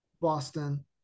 Boston